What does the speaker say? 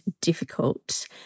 difficult